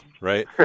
right